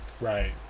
Right